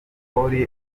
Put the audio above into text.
polly